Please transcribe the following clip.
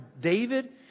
David